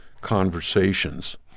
conversations